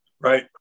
Right